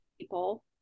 people